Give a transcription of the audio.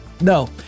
No